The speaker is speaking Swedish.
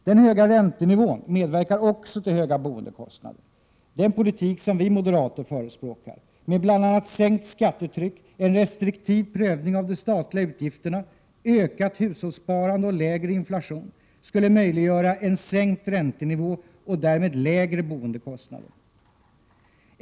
Den höga räntenivån medverkar också till höga boendekostnader. Den politik som vi moderater förespråkar, med bl.a. sänkt skattetryck, en restriktiv prövning av de statliga utgifterna, ökat hushållssparande och lägre inflation, skulle möjliggöra en sänkt räntenivå och därmed lägre boendekostnader.